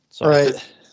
Right